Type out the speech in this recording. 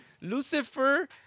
Lucifer